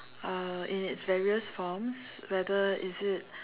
uh in it's various forms whether is it